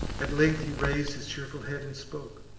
at length he rais'd his cheerful head, and spoke